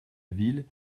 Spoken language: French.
ville